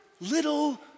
little